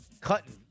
cutting